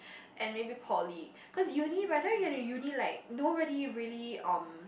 and maybe poly cause uni by time you get to uni like nobody really um